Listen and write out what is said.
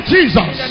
Jesus